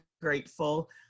grateful